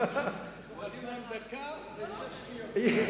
יש לך דקה ושש שניות.